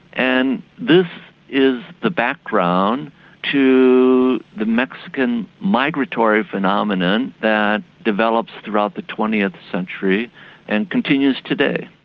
and this is the background to the mexican migratory phenomenon that develops throughout the twentieth century and continues today.